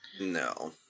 no